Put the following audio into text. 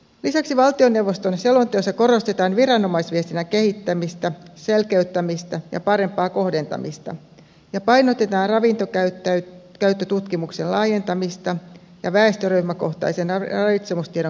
lisäksi valtioneuvoston selonteossa korostetaan viranomaisviestinnän kehittämistä selkeyttämistä ja parempaa kohdentamista ja painotetaan ravinnonkäyttötutkimuksen laajentamista ja väestöryhmäkohtaisen ravitsemustiedon keräämisen tärkeyttä